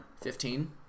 Fifteen